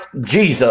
Jesus